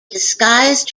disguised